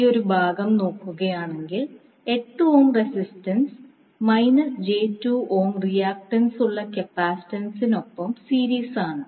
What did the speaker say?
ഈ ഒരു ഭാഗം നോക്കുകയാണെങ്കിൽ 8 ഓം റെസിസ്റ്റൻസ് j2 ഓം റിയാക്ടൻസുള്ള കപ്പാസിറ്റൻസ്സിനൊപ്പം സീരിസ് ആണ്